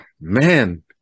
Man